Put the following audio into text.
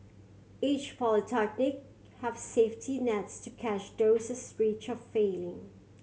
each polytechnic has safety nets to catch those risk of failing